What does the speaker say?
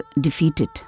defeated